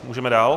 Můžeme dál.